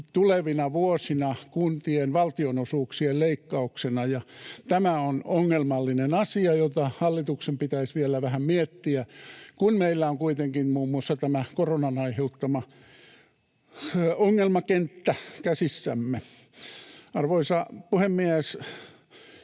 tulevina vuosina kuntien valtionosuuksien leikkauksena. Tämä on ongelmallinen asia, jota hallituksen pitäisi vielä vähän miettiä, kun meillä on kuitenkin muun muassa tämä koronan aiheuttama ongelmakenttä käsissämme. Arvoisa puhemies!